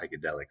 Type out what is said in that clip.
psychedelics